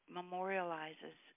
memorializes